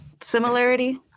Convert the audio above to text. similarity